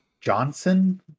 johnson